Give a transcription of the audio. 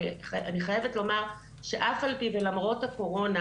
אני חייבת לומר שאף על פי ולמרות הקורונה,